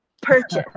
purchase